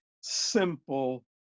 simple